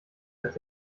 als